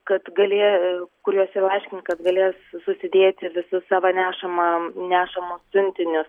kad galė kuriuose laiškininkas galės susidėti visus savo nešamą nešamus siuntinius